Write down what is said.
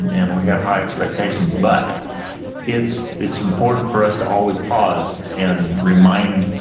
and we have high expectations, but it's it's important for us to always pause and remind